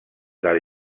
del